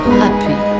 happy